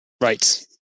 Right